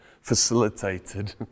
facilitated